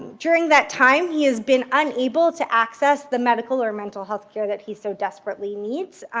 during that time, he has been unable to access the medical or mental health care that he so desperately needs.